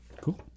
Cool